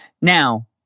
Now